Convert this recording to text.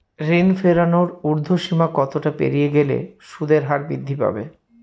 ঋণ ফেরানোর উর্ধ্বসীমা কতটা পেরিয়ে গেলে সুদের হার বৃদ্ধি পাবে?